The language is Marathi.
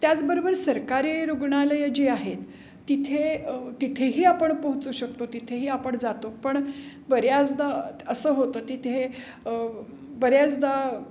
त्याचबरोबर सरकारी रुग्णालयं जी आहेत तिथे तिथेही आपण पोहोचू शकतो तिथेही आपण जातो पण बऱ्याचदा असं होतं तिथे बऱ्याचदा